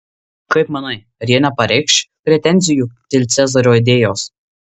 kaip manai ar jie nepareikš pretenzijų dėl cezario idėjos